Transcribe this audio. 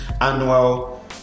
annual